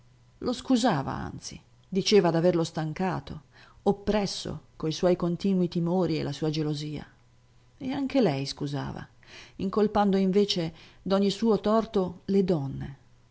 lo scusava anzi diceva d'averlo stancato oppresso coi suoi continui timori e la sua gelosia e anche lei scusava incolpando invece d'ogni suo torto le donne